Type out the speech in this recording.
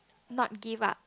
not give up